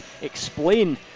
explain